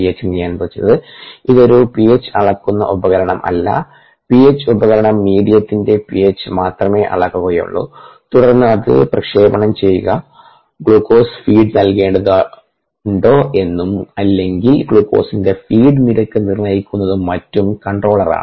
H നിയന്ത്രിച്ചത് ഇത് ഒരു പിഎച്ച് അളക്കുന്ന ഉപകരണം അല്ല pH ഉപകരണം മീഡിയത്തിന്റെ pH മാത്രമേ അളക്കുകയുള്ളൂ തുടർന്ന് അത് പ്രക്ഷേപണം ചെയ്യുക ഗ്ലൂക്കോസ് ഫീഡ് നൽകേണ്ടതുണ്ടോ എന്നും അല്ലെങ്കിൽ ഗ്ലൂക്കോസിന്റെ ഫീഡ് നിരക്ക് നിർണ്ണയിക്കുന്നതും മറ്റും കൺട്രോളറാണ്